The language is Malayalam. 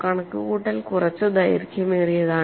കണക്കുകൂട്ടൽ കുറച്ച് ദൈർഘ്യമേറിയതാണ്